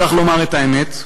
צריך לומר את האמת: